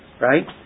Right